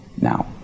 Now